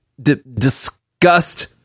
disgust